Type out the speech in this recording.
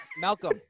Malcolm